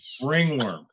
ringworm